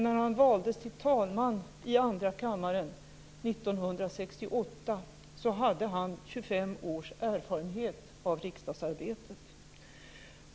När han 1968 valdes till talman i andra kammaren hade han 25 års erfarenhet av riksdagsarbetet.